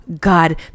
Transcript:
God